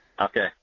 okay